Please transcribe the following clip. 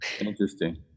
Interesting